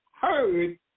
heard